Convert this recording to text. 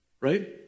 Right